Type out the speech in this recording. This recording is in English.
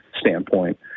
standpoint